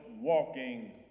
Walking